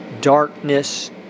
darkness